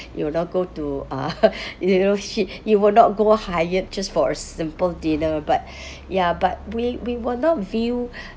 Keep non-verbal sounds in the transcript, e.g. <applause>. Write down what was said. <breath> you will not go to uh <laughs> you know hi~ you will not go higher just for simple dinner but <breath> ya but we we will not view <breath>